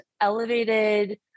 elevated